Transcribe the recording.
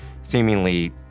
seemingly